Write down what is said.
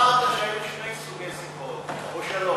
אמרת שהיו שני סוגי שיחות, או שלושה.